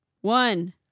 one